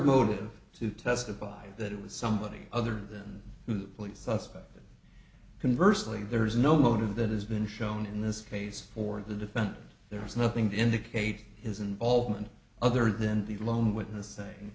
motive to testify that it was somebody other than who police suspect conversed like there is no motive that has been shown in this case for the defense there is nothing to indicate his involvement other than the lone witness saying